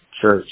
church